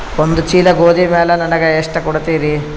ಒಂದ ಚೀಲ ಗೋಧಿ ಮ್ಯಾಲ ನನಗ ಎಷ್ಟ ಕೊಡತೀರಿ?